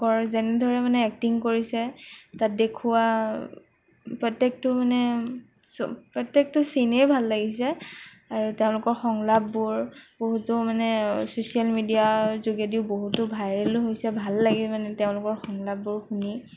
কৰ যেনেদৰে মানে এক্টিং কৰিছে তাত দেখুওৱা প্ৰত্যেকটো মানে চব প্ৰত্যেকটো চিনেই ভাল লাগিছে আৰু তেওঁলোকৰ সংলাপবোৰ বহুতো মানে চছিয়েল মিডিয়াৰ যোগেদিও বহুতো ভাইৰেলো হৈছে ভাল লাগে মানে তেওঁলোকৰ সংলাপবোৰ শুনি